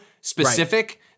specific